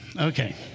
Okay